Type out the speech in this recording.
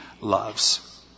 loves